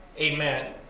Amen